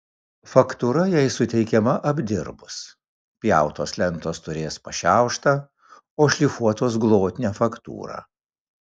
faktūra jai suteikiama apdirbus pjautos lentos turės pašiauštą o šlifuotos glotnią faktūrą